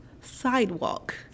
Sidewalk